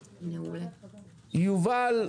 יובל,